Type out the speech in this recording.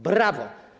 Brawo!